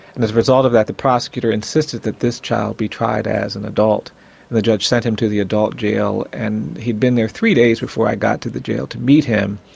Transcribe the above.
and as a result of that, the prosecutor insisted that this child be tried as an adult. and the judge sent him to the adult jail and he'd been there three days before i got to the jail to meet him,